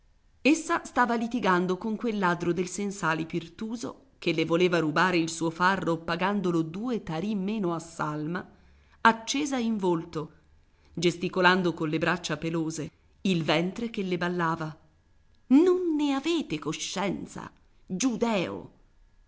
essa stava litigando con quel ladro del sensale pirtuso che le voleva rubare il suo farro pagandolo due tarì meno a salma accesa in volto gesticolando con le braccia pelose il ventre che le ballava non ne avete coscienza giudeo